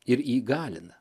ir įgalina